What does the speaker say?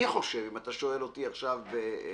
אם אתה שואל אותי עכשיו כעצה,